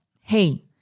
Hey